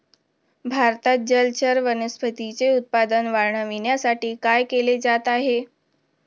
भारतात जलचर वनस्पतींचे उत्पादन वाढविण्यासाठी काय केले जात आहे?